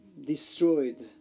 destroyed